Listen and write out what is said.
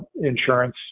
insurance